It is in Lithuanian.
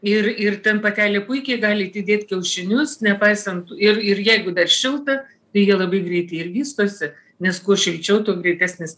ir ir ten patelė puikiai gali atdėt kiaušinius nepaisant ir ir jeigu dar šilta tai jie labai greiti ir vystosi nes kuo šilčiau tuo greitesnis